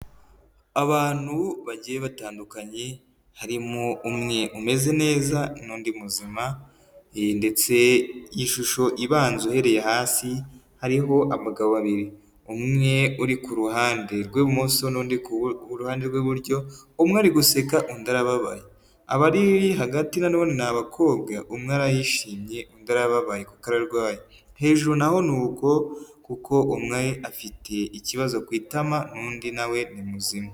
Abantu bagiye batandukanye, harimo umwe umeze neza, nundi muzima, ndetse ishusho ibanza uhereye hasi hariho abagabo babiri, umwe uri ku ruhande rw'ibumoso n'undi ku ihande rw'iburyo umwe ari guseka undi arababaye, abari hagati nanone ni abakobwa, umwe arayishimye undi arababaye karwaye, hejuru na ho ni uko, kuko umwe afite ikibazo ku itama n'undi nawe ni muzima.